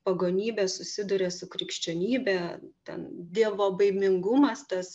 pagonybė susiduria su krikščionybe ten dievobaimingumas tas